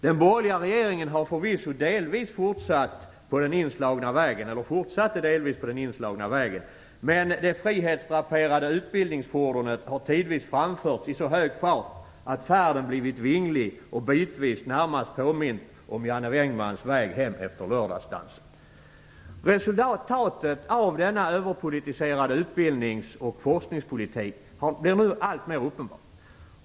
Den borgerliga regeringen har förvisso delvis fortsatt på den inslagna vägen, men det frihetsdraperade utbildningsfordonet har tidvis framförts i så hög fart att färden blivit vinglig och bitvis närmast påmint och Janne Vängmans väg hem efter lördagsdansen. Resultatet av denna överpolitiserade utbildningsoch forskningspolitik blir nu alltmer uppenbart.